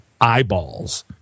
eyeballs